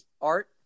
Art